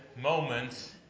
moments